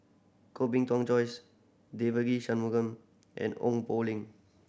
Koh Bee Tuan Joyce Devagi Sanmugam and Ong Poh Lim